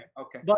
okay